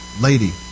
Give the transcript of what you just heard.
Lady